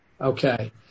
Okay